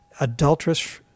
adulterous